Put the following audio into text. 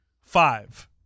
Five